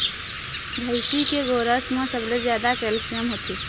भइसी के गोरस म सबले जादा कैल्सियम होथे